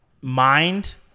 mind –